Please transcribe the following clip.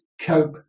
cope